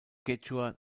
quechua